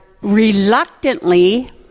reluctantly